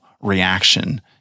reaction